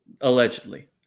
Allegedly